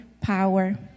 power